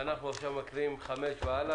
ואנחנו עכשיו מקריאים את סעיף 5 והלאה,